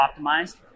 optimized